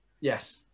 Yes